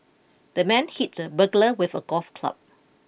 the man hit the burglar with a golf club